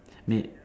may